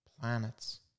planets